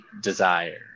desire